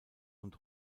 und